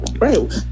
Right